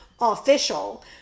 official